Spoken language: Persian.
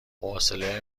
حوصله